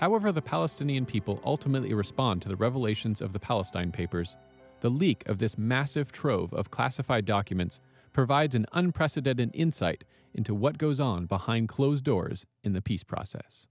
however the palestinian people ultimately respond to the revelations of the palestine papers the leak of this massive trove of classified documents provides an unprecedented insight into what goes on behind closed doors in the peace process